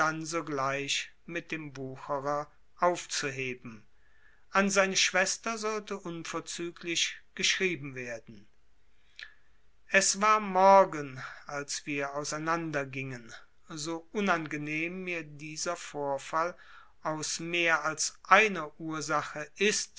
sogleich mit dem wucherer aufzuheben an seine schwester sollte unverzüglich geschrieben werden es war morgen als wir auseinander gingen so unangenehm mir dieser vorfall aus mehr als einer ursache ist